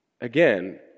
Again